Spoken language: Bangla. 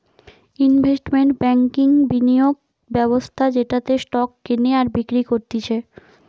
ইনভেস্টমেন্ট ব্যাংকিংবিনিয়োগ ব্যবস্থা যেটাতে স্টক কেনে আর বিক্রি করতিছে